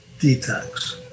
detox